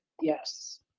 Yes